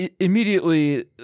immediately